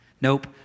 Nope